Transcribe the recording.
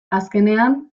azkenean